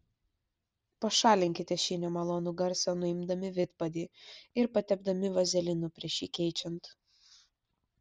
pašalinkite šį nemalonų garsą nuimdami vidpadį ir patepdami vazelinu prieš jį keičiant